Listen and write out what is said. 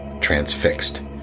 transfixed